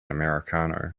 americano